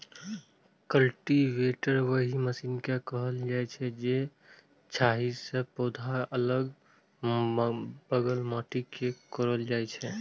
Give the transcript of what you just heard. cultivator ओहि machine कें कहल जाइ छै, जाहि सं पौधाक अलग बगल माटि कें कोड़ल जाइ छै